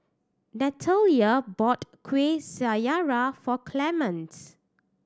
Natalya bought Kueh Syara for Clemente